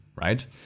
right